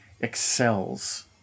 excels